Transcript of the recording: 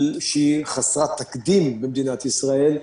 שהיא חסרת תקדים במדינת ישראל,